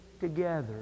together